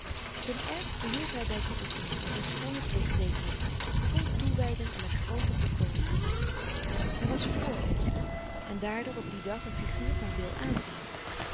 zijn ernst behield hij bij zijn oefeningen als een strenge plicht deed hij ze vol toewijding en met groote volkomenheid hij was vrwerker en daardoor op dien dag een figuur van veel aanzien